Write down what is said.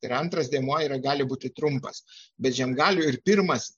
ir antras dėmuo yra gali būti trumpas bet žiemgalių ir pirmas